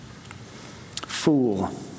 Fool